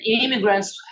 immigrants